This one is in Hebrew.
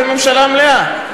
תהיה ממשלה מלאה.